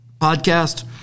podcast